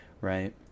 right